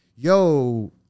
Yo